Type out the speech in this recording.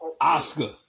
Oscar